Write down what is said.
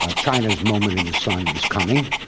ah china's moment in the sun is coming.